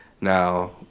Now